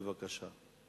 בבקשה.